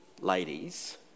ladies